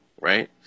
right